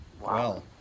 Wow